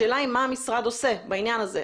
השאלה היא מה המשרד עושה בעניין הזה.